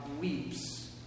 weeps